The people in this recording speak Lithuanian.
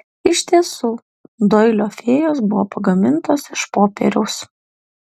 iš tiesų doilio fėjos buvo pagamintos iš popieriaus